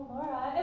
Laura